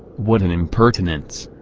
what an impertinence!